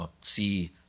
see